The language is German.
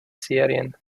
serien